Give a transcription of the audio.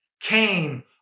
came